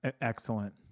Excellent